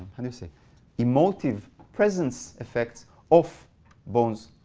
kind of so emotive presence effects of bones,